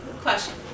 question